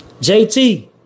JT